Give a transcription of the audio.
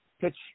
pitch